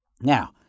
Now